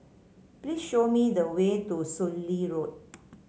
please show me the way to Soon Lee Road